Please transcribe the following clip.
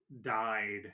died